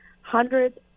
hundreds